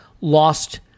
lost